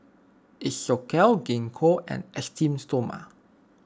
Isocal Gingko and Esteem Stoma